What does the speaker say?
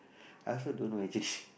I also don't know actually